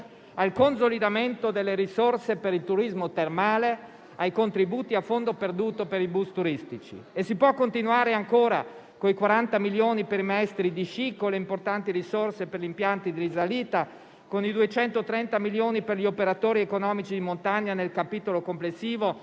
al consolidamento delle risorse per il turismo termale, ai contributi a fondo perduto per i bus turistici. Si può continuare ancora con i 40 milioni per i maestri di sci, con le importanti risorse per gli impianti di risalita, con i 230 milioni per gli operatori economici di montagna nel capitolo complessivo